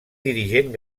dirigent